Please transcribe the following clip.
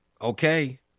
okay